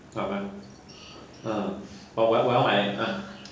好吧 ha but 我要我要买